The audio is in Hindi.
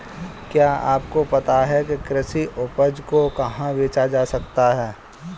क्या आपको पता है कि कृषि उपज को कहाँ बेचा जा सकता है?